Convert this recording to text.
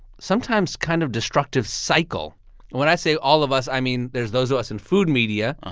sometimes kind of destructive cycle. and when i say all of us, i mean there's those of us in food media,